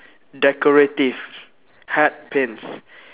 decorative hat pins